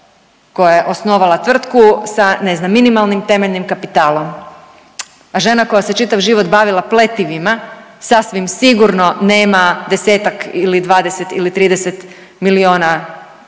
koja je osnovala tvrtku sa ne znam minimalnim temeljnim kapitalom, a žena koja se čitav život bavila pletivima sasvim sigurno nema 10-tak ili 20 ili 30 milijuna, tada